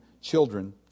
children